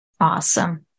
Awesome